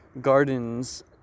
gardens